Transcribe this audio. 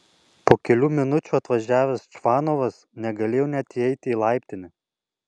po kelių minučių atvažiavęs čvanovas negalėjo net įeiti į laiptinę